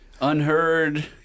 Unheard